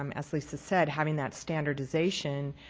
um as lisa said, having that standardization